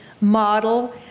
model